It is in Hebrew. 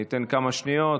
אני אתן כמה שניות